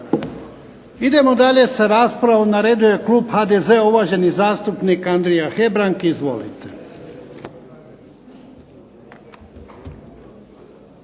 Idemo dalje sa raspravom. Na redu je klub HDZ-a, uvaženi zastupnik Andrija Hebrang. Izvolite.